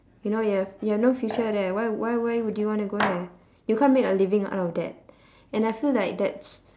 you know you have you have no future there why why why would you wanna go there you can't make a living out of that and I feel like that's